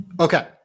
Okay